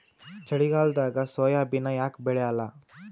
ಚಳಿಗಾಲದಾಗ ಸೋಯಾಬಿನ ಯಾಕ ಬೆಳ್ಯಾಲ?